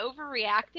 overreacting